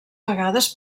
vegades